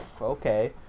okay